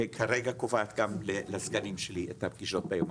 שכרגע קובעת גם לסגנים שלי את הפגישות ביומן.